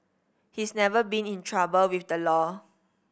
he's never been in trouble with the law